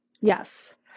yes